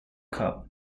cup